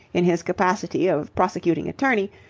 in his capacity of prosecuting attorney,